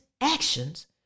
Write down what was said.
actions